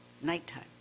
nighttime